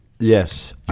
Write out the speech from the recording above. Yes